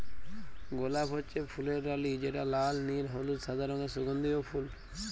গলাপ হচ্যে ফুলের রালি যেটা লাল, নীল, হলুদ, সাদা রঙের সুগন্ধিও ফুল